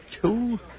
Two